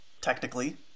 technically